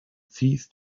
ceased